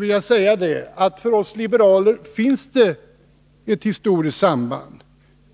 vill jag säga att det för oss liberaler finns ett historiskt samband.